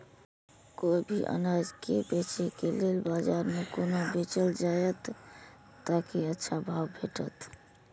कोय भी अनाज के बेचै के लेल बाजार में कोना बेचल जाएत ताकि अच्छा भाव भेटत?